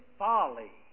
folly